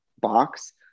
box